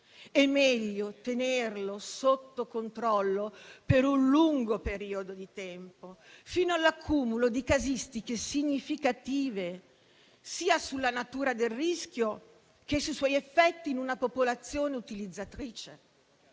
è meglio tenerlo sotto controllo per un lungo periodo di tempo, fino all'accumulo di casistiche significative, sia sulla natura del rischio che sui suoi effetti in una popolazione utilizzatrice.